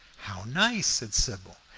how nice! said sybil.